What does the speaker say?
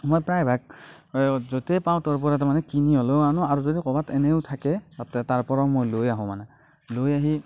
মই প্ৰায়ভাগ য'তেই পাওঁ ত'ৰপৰা মানে কিনি হ'লেও আনো আৰু যদি ক'ৰবাত এনেও থাকে তাতে তাৰপৰাও মই লৈ আহো মানে লৈ আহি